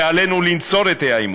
ועלינו לנצור את האי-אמון.